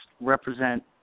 represent